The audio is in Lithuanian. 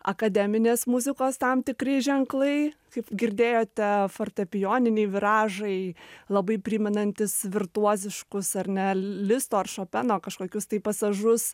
akademinės muzikos tam tikri ženklai kaip girdėjote fortepijoniniai viražai labai primenantys virtuoziškus ar ne listo ar šopeno kažkokius tai pasažus